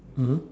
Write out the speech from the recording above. mmhmm